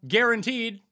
Guaranteed